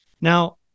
Now